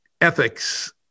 ethics